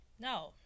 now